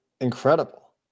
incredible